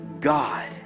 God